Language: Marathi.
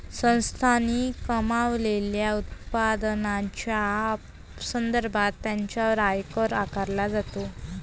संस्थांनी कमावलेल्या उत्पन्नाच्या संदर्भात त्यांच्यावर आयकर आकारला जातो